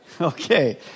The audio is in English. Okay